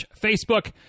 facebook